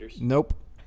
nope